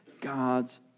God's